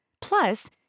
Plus